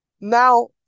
Now